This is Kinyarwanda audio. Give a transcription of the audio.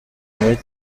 muri